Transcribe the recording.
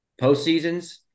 postseasons